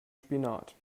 spinat